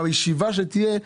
בישיבה שתהיה,